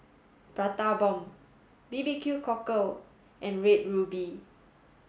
Prata Bomb B B Q Cockle and red ruby